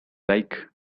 like